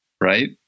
Right